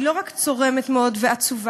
היא לא רק צורמת מאוד ועצובה,